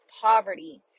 poverty